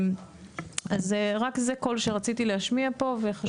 זה קול שרציתי להשמיע פה וחשוב שהוא יושמע.